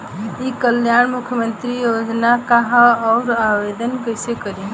ई कल्याण मुख्यमंत्री योजना का है और आवेदन कईसे करी?